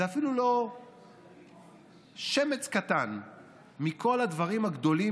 זה אפילו לא שמץ קטן מכל הדברים הגדולים